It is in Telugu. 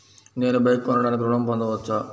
నేను బైక్ కొనటానికి ఋణం పొందవచ్చా?